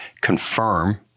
confirm